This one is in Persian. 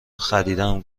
خریدم